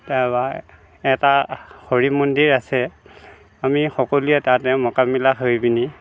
তাৰপৰা এটা হৰি মন্দিৰ আছে আমি সকলোৱে তাতে মোকামিলা হৈ পিনি